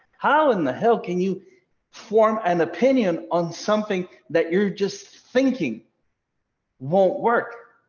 how in the hell can you form an opinion on something that you're just thinking won't work?